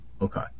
okay